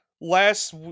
last